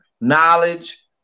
knowledge